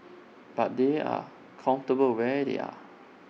but they are comfortable where they are